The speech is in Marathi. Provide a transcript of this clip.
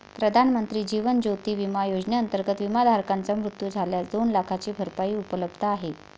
प्रधानमंत्री जीवन ज्योती विमा योजनेअंतर्गत, विमाधारकाचा मृत्यू झाल्यास दोन लाखांची भरपाई उपलब्ध आहे